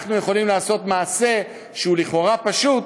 ואנחנו יכולים לעשות מעשה שהוא לכאורה פשוט,